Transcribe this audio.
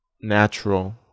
natural